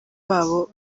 babo